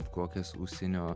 kokias užsienio